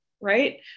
right